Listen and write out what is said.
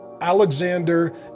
Alexander